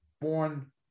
born